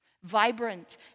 Vibrant